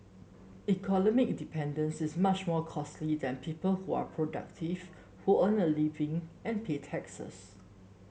economic dependence is much more costly than people who are productive who earn a living and pay taxes